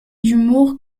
d’humour